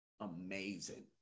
amazing